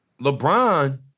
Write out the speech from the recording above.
LeBron